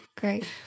Great